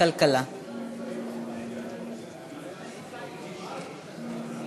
התעבורה (רישום סוג הדם ברישיון הנהיגה),